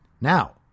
Now